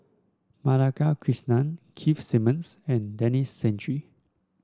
Madhavi Krishnan Keith Simmons and Denis Santry